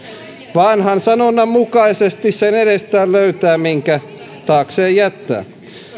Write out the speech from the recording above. vanhan sanonnan mukaisesti sen edestään löytää minkä taakseen jättää